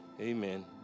Amen